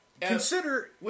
consider